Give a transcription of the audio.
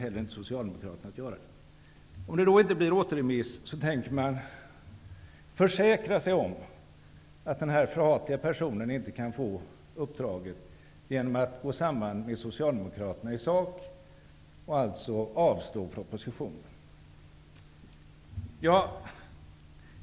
Jag talar om att ni inte får stöd för yrkandet om återremiss, för på regeringssidan kommer vi inte att stödja ett yrkande på den grunden, och vad jag förstår kommer inte heller Socialdemokraterna att göra det.